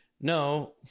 No